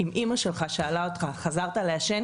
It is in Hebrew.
אם אימא שלך שאלה אותך: חזרת לעשן?